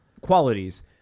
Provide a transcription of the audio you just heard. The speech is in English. qualities